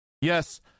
Yes